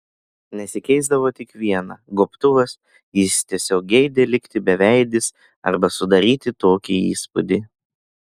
nesikeisdavo tik viena gobtuvas jis tiesiog geidė likti beveidis arba sudaryti tokį įspūdį